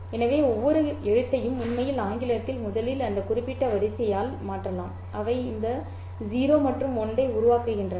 எனவே ஒவ்வொரு கடிதத்தையும் உண்மையில் ஆங்கிலத்தில் முதலில் அந்த குறிப்பிட்ட வரிசையால் மாற்றலாம் அவை அந்த 0 மற்றும் 1 ஐ உருவாக்குகின்றன